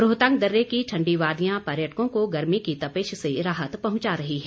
रोहतांग दर्रे की ठण्डी वादियां पर्यटकों को गर्मी की तपिश से राहत पहुंचा रही है